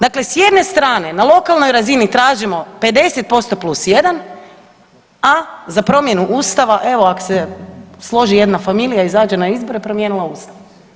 Dakle, s jedne strane na lokalnoj razini tražimo 50% plus jedan, a za promjenu ustava, evo ak se složi jedna familija i izađe na izbore, promijenila ustav.